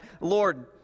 Lord